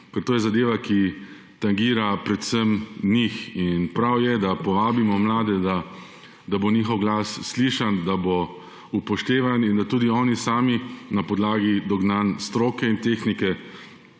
ker to je zadeva, ki tangira predvsem njih. In prav je, da povabimo mlade, da bo njihov glas slišan, da bo upoštevan in da tudi oni sami na podlagi dognanj stroke in tehnike